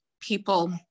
people